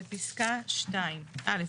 בפסקה 2. א'.